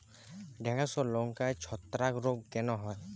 ঢ্যেড়স ও লঙ্কায় ছত্রাক রোগ কেন হয়?